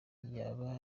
yagabiwe